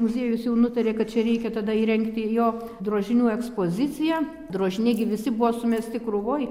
muziejus jau nutarė kad čia reikia tada įrengti jo drožinių ekspoziciją drožiniai gi visi buvo sumesti krūvoj